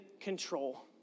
control